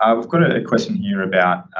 ah we've got a question here about, ah,